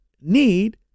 need